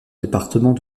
département